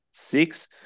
Six